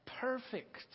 perfect